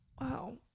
Wow